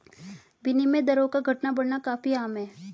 विनिमय दरों का घटना बढ़ना काफी आम है